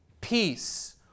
peace